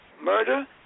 murder